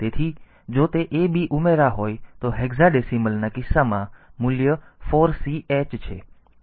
તેથી જો તે a b ઉમેરા હોય તો હેક્સાડેસિમલ ના કિસ્સામાં મૂલ્ય 4 C h છે